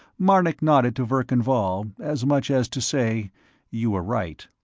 marnik nodded to verkan vall, as much as to say you were right.